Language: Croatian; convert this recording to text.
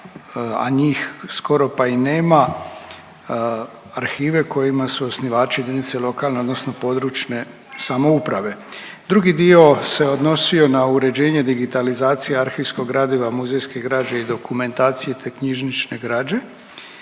a njih skoro pa i nema, arhive kojima su osnivači jedinice lokalne odnosno područne samouprave. Drugi dio se odnosio na uređenje digitalizacije arhivskog gradiva, muzejske građe i dokumentacije te knjižnične građe.